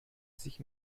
sich